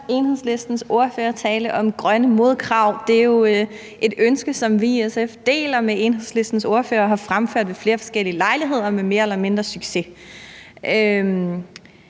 Enhedslistens ordfører tale om grønne modkrav. Det er jo et ønske, som vi i SF deler med Enhedslistens ordfører og har fremført ved flere forskellige lejligheder med mere eller mindre succes.